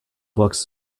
books